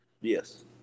Yes